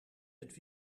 het